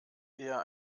eher